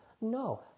No